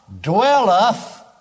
dwelleth